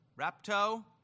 Rapto